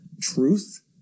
truth